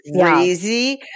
crazy